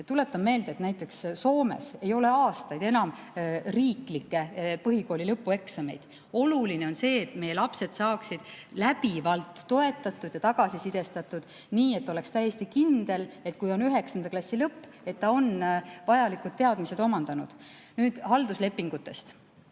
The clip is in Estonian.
tuletan meelde, et näiteks Soomes ei ole aastaid enam riiklikke põhikooli lõpueksameid. Oluline on see, et meie lapsed saaksid läbivalt toetatud ja tagasisidestatud, nii et oleks täiesti kindel, et kui on üheksanda klassi lõpp, siis ta on vajalikud teadmised omandanud. Nüüd halduslepingutest.